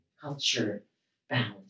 culture-bound